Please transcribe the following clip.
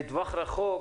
לטווח רחוק,